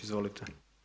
Izvolite.